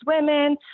women